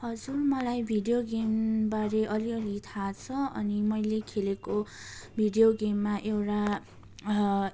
हजुर मलाई भिडियो गेमबारे अलिअलि थाहा छ अनि मैले खेलेको भिडियो गेममा एउटा